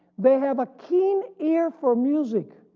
they have a keen ear for music,